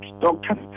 doctor